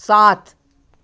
सात